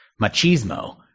machismo